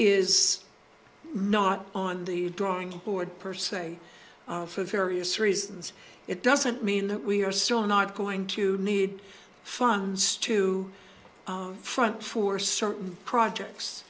is not on the drawing board per say for various reasons it doesn't mean that we are still not going to need funds to front for certain projects